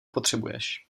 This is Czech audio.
potřebuješ